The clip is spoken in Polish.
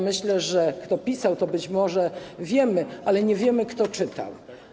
Myślę, że kto pisał, to być może wiemy, ale nie wiemy, kto czytał.